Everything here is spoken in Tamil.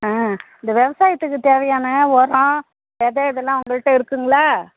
ஆ இந்த விவசாயத்துக்கு தேவையான உரோம் விதை இதெல்லாம் உங்கள்ட்ட இருக்குங்களா